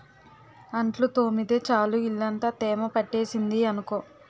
అంట్లు తోమితే చాలు ఇల్లంతా తేమ పట్టేసింది అనుకో